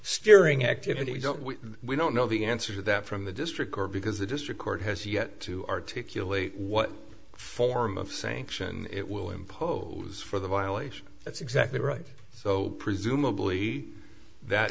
steering activities don't we we don't know the answer to that from the district court because the district court has yet to articulate what form of sanction it will impose for the violation that's exactly right so presumably that